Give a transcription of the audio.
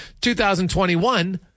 2021